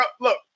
look